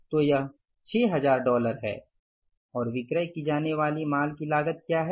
तो यह 6000 डॉलर है और विक्रय की जाने वाली माल की लागत क्या है